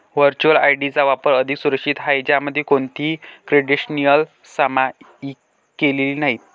virtual ID चा वापर अधिक सुरक्षित आहे, ज्यामध्ये कोणतीही क्रेडेन्शियल्स सामायिक केलेली नाहीत